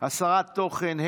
(הסרת תוכן),